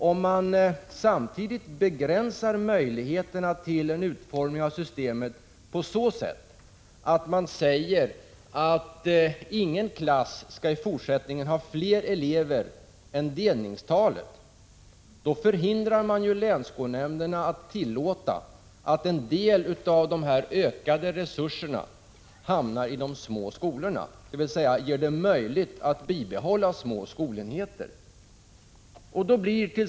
Om man samtidigt begränsar möjligheterna till en utformning av systemet på så sätt att man säger att ingen klass i fortsättningen skall ha fler elever än delningstalet, förhindrar man ju länsskolnämnderna att tillåta att en del av de ökade resurserna hamnar i de små skolorna, dvs. göra det möjligt att bibehålla små skolenheter.